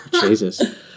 Jesus